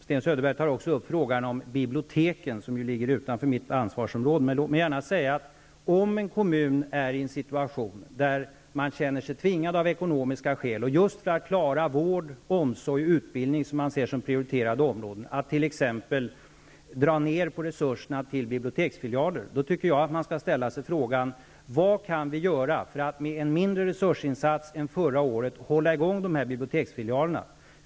Sten Söderberg tog också upp frågan om biblioteken, som ju ligger utanför mitt ansvarsområde. Men jag skall gärna säga att om en kommun är i en situation där man av ekonomiska skäl -- just för att klara vård, omsorg och utbildning, som man ser som prioriterade områden -- känner sig tvingade att t.ex. dra ned på resurserna till biblioteksfilialer, tycker jag att man skall ställa sig frågan: Vad kan vi göra för att med en mindre resursinsats än förra året hålla i gång de här biblioteksfilialerna?